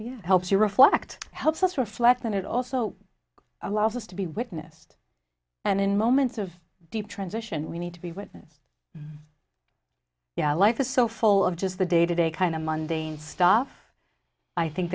helps you reflect helps us reflect and it also allows us to be witnessed and in moments of deep transition we need to be witness yeah life is so full of just the day to day kind of mundine stuff i think